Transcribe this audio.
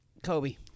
Kobe